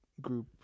group